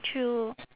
true